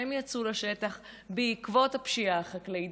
הם יצאו לשטח בעקבות הפשיעה החקלאית,